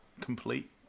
complete